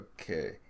Okay